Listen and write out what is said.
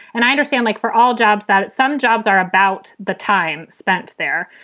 and i understand, like for all jobs, that some jobs are about the time spent there.